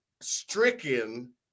stricken